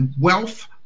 wealth